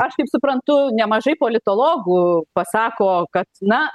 aš kaip suprantu nemažai politologų pasako kad na